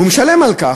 הוא משלם על כך,